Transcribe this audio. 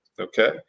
okay